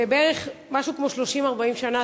ובערך משהו כמו 40-30 שנה,